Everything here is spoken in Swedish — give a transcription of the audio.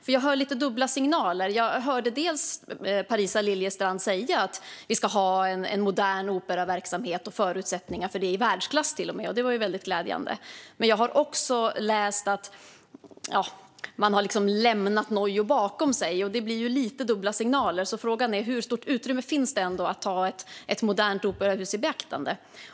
Jag hör lite dubbla signaler, dels säger Parisa Liljestrand att det ska finnas förutsättningar för en modern operaverksamhet i världsklass, och det är glädjande, dels säger man att man har lämnat NOiO bakom sig. Hur stort utrymme finns att ta ett modernt operahus i beaktande?